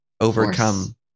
overcome